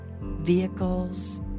vehicles